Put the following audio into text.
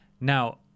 Now